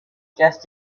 just